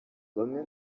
bamwe